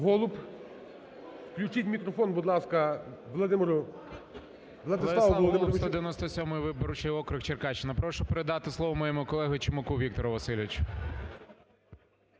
Владислав Голуб, 197 виборчий округ, Черкащина. Прошу передати слово моєму колезі Чумаку Віктору Васильовичу.